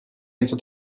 něco